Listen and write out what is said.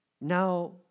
Now